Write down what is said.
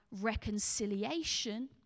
reconciliation